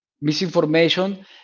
misinformation